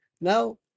Now